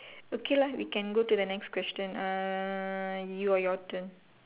okay lah we can go to the next question ah you your turn